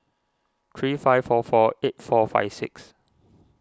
three five four four eight four five six